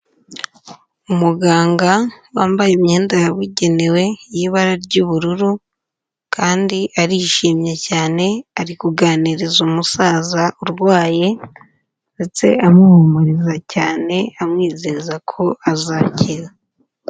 Umuganga wambaye imyenda yabugenewe, y'ibara ry'ubururu, kandi arishimye cyane, ari kuganiriza umusaza urwaye, ndetse amuhumuriza cyane amwizeza ko azakira.